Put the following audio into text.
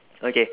okay